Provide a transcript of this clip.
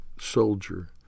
soldier